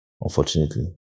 unfortunately